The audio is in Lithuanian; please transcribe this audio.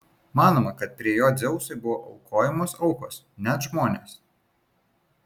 manoma kad prie jo dzeusui buvo aukojamos aukos net žmonės